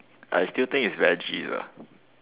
I still think is veggies lah